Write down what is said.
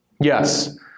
Yes